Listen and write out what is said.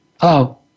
Hello